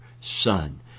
son